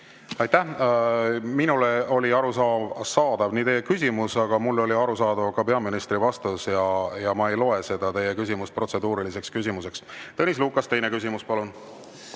Aitäh! Minule oli arusaadav teie küsimus, aga mulle oli arusaadav ka peaministri vastus. Ja ma ei loe seda teie küsimust protseduuriliseks küsimuseks. Tõnis Lukas, teine küsimus, palun!